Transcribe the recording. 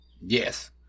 Yes